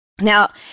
Now